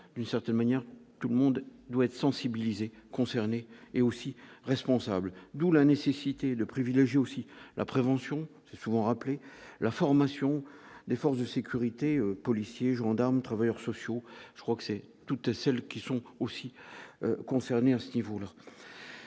d'une certaine manière, tout le monde doit être sensibilisé concernés est aussi responsable d'où la nécessité de privilégier aussi la prévention, c'est souvent rappeler la formation des forces de sécurité, policiers, gendarmes, travailleurs sociaux, je crois que c'est toutes celles qui sont aussi concernés, à ceux